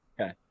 okay